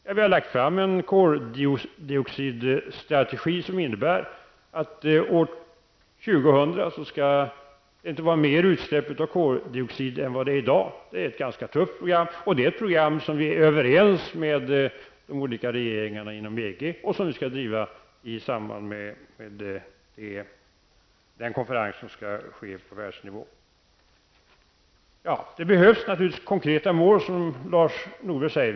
Ja, vi har lagt fram en koldioxidstrategi som innebär att år 2000 skall det inte vara mer utsläpp av koldioxid än vad det är i dag. Det är ett ganska tufft program. Det är ett program som vi är överens med de olika regeringarna inom EG om. Det skall vi driva i samband med den konferens som skall ske på världsnivå. Det behövs naturligtvis konkreta mål, som Lars Norberg säger.